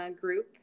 group